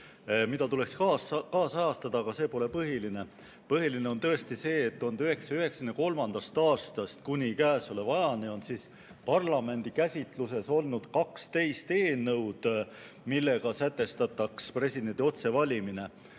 mida tuleks kaasajastada, aga see pole põhiline. Põhiline on see, et 1993. aastast kuni käesoleva ajani on parlamendi käsitluses olnud 12 eelnõu, millega sätestataks presidendi otsevalimine.